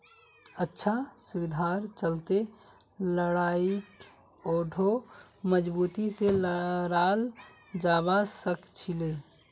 अच्छा सुविधार चलते लड़ाईक आढ़ौ मजबूती से लड़ाल जवा सखछिले